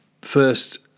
first